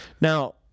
Now